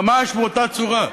ממש באותה צורה.